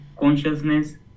consciousness